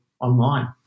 online